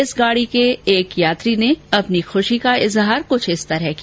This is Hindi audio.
इस गाड़ी के एक यात्री ने अपनी खुशी का इजहार कुछ इस तरह किया